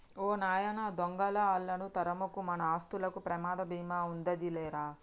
ఓ నాయన దొంగలా ఆళ్ళను తరమకు, మన ఆస్తులకు ప్రమాద భీమా ఉందాది లేరా